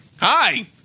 hi